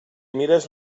mires